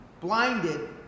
blinded